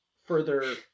further